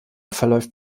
verläuft